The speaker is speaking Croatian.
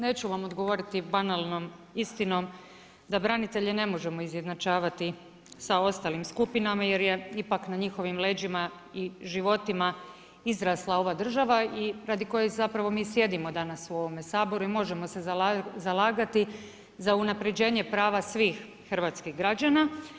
Neću vam odgovoriti banalnom istinom da branitelje ne možemo izjednačavati sa ostalim skupinama jer je ipak na njihovim leđima i životima izrasla ova država i radi koje zapravo mi sjedimo danas u ovome Saboru i možemo se zalagati za unapređenje prava svih hrvatskih građana.